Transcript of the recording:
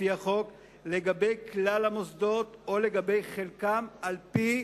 לפי החוק לגבי כלל המוסדות או לגבי חלקם, על-פי